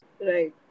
Right